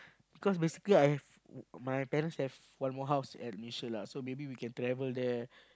because basically I have my parents have one more house at Yishun lah so maybe we can travel there